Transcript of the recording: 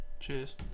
Cheers